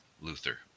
Luther